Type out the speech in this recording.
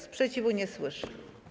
Sprzeciwu nie słyszę.